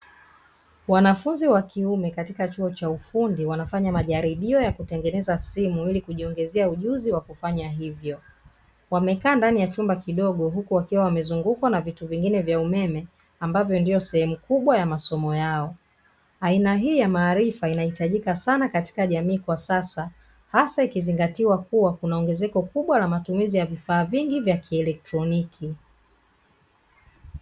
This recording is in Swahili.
Wanafunzi wa kiume katika chuo cha ufundi wanafanya majaribio ya kutengeneza simu ili kujiongezea ujuzi wa kufanya hivyo, wamekaa ndani ya chumba kidogo huku wakiwa wamezungukwa na vitu vingine vya umeme ambavyo ndio sehemu kubwa ya masomo yao, aina hii ya maarifa inahitajika sana katika jamii kwa sasa hasa ikizingatiwa kuwa kuna ongezeko kubwa la matumizi ya vifaa vingi vya kielektroniki.